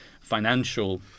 financial